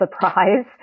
surprise